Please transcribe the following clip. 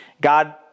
God